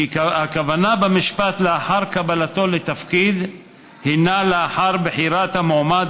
כי במשפט "לאחר קבלתו לתפקיד" הכוונה הינה לאחר בחירת המועמד